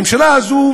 הממשלה הזאת,